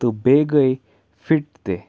تہٕ بیٚیہِ گٔے فِٹ تہِ